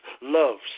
loves